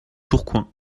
tourcoing